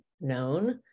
known